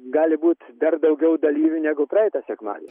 gali būt dar daugiau dalyvių negu praeitą sekmadienį